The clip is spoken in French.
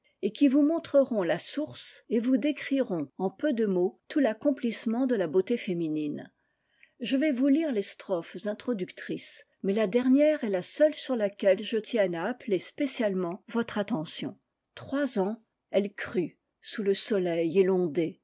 je vais vous lire les strophes en peu de mots tout l'accomplissement de la beauté féminine je vais vous lire les strophes introductrices mais la dernière est la seule sur laquelle je tienne à appeler spécialement votre attention trois ans elle crût sous le soleil et l'ondée